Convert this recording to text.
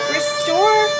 Restore